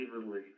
evenly